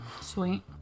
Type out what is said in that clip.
Sweet